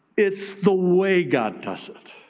it's the way god does it.